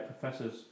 professors